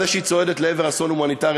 זה שהיא צועדת לעבר אסון הומניטרי,